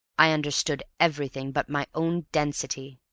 i understood everything but my own density.